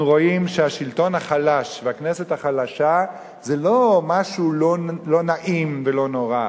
אנחנו רואים שהשלטון החלש והכנסת החלשה זה לא משהו לא נעים ולא נורא,